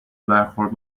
برخورد